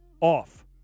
off